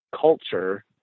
culture